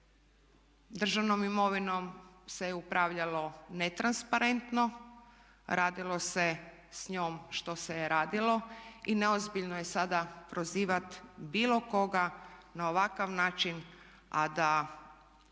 Državnom imovinom se upravljalo netransparentno, radilo se s njom što se je radilo i neozbiljno je sada prozivati bilo koga na ovakav način a da